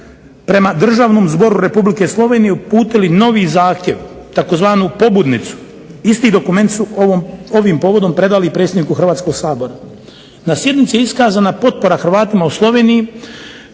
prema Državnom zboru Republike Slovenije uputili novi zahtjev tzv. "pobudnicu". Isti dokument su ovim povodom predali i predsjedniku Hrvatskog sabora. Na sjednici je iskazana potpora Hrvatima u Sloveniji